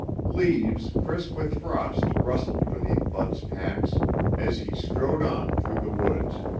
leaves crisp with frost rustled beneath bud's pacs as he strode on through the woods.